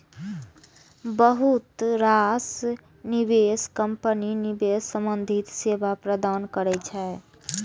बहुत रास निवेश कंपनी निवेश संबंधी सेवा प्रदान करै छै